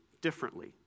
differently